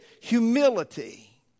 humility